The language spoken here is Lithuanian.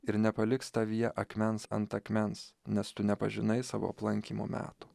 ir nepaliks tavyje akmens ant akmens nes tu nepažinai savo aplankymo metų